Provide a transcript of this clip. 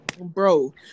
Bro